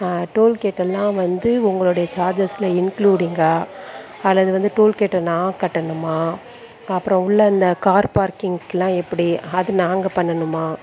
டோல்கேட்டெல்லாம் வந்து உங்களுடைய சார்ஜஸில் இன்க்ளூடிங்கா அல்லது வந்து டோல்கேட்டை நான் கட்டணுமா அப்புறம் உள்ளே அந்த கார் பார்க்கிங்க்கெல்லாம் எப்படி அது நாங்கள் பண்ணணுமா